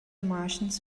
martians